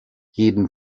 jeden